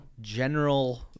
General